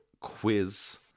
quiz